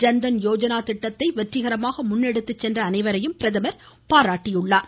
ஜன்தன் யோஜனா திட்டத்தை வெற்றிகரமாக முன்னெடுத்துச் சென்ற அனைவரையும் பிரதமர் பாராட்டியுள்ளார்